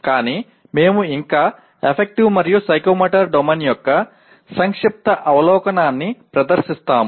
కానీ మేము ఇంకా అఫక్టీవ్ మరియు సైకోమోటర్ డొమైన్ యొక్క సంక్షిప్త అవలోకనాన్ని ప్రదర్శిస్తాము